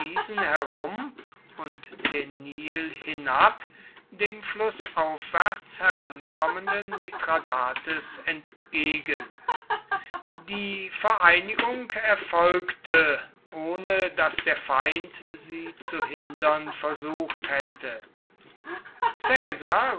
herum und den nil hinab dem flußaufwärts herankommenden mithradates entgegen die vereinigung erfolgte ohne daß der feind sie zu hindern versucht hätte